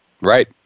right